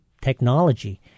technology